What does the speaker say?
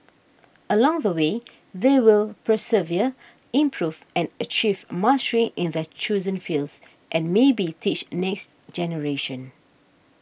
along the way they will persevere improve and achieve mastery in their chosen fields and maybe teach next generation